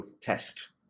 test